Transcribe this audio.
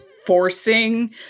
Forcing